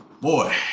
Boy